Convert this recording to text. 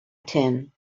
tin